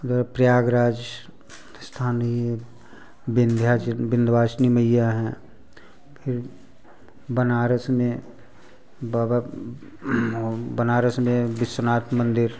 उधर प्रयागराज स्थानीय बिंध्याचल विंध्यवासिनी मैया हैं फिर बनारस में बाबा वो बनारस में विश्वनाथ मंदिर